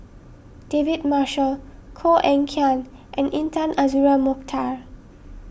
David Marshall Koh Eng Kian and Intan Azura Mokhtar